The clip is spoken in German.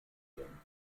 werden